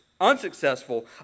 unsuccessful